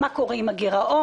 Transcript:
מה קורה עם הגרעון.